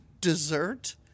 dessert